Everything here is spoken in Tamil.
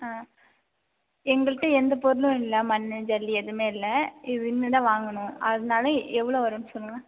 ஆ எங்கள்ட்ட எந்த பொருளும் இல்லை மண் ஜல்லி எதுவுமே இல்லை இது இனிமேல் தான் வாங்கணும் அதனால் எவ்வளோ வரும்னு சொல்லுங்கள்